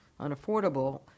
unaffordable